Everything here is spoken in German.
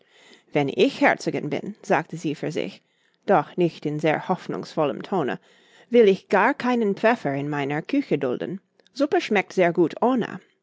wenn ich herzogin bin sagte sie für sich doch nicht in sehr hoffnungsvollem tone will ich gar keinen pfeffer in meiner küche dulden suppe schmeckt sehr gut ohne